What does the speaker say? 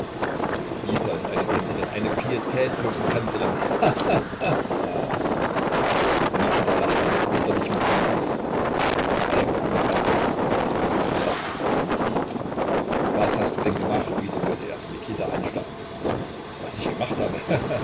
isa ist eine tänzerin eine pietätlose tänzerin ha ha ha mikita lachte mit widerlichem zynismus falk empfand ekel aber bezwang sich was hast du denn gemacht wiederholte er mikita anstarrend was ich gemacht habe